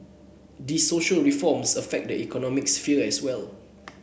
these social reforms affect the economic sphere as well